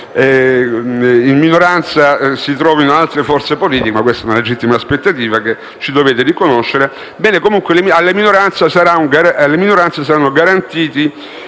in minoranza si trovino altre forze politiche (questa è una legittima aspettativa che ci dovete riconoscere). Bene, alle minoranze sarà garantito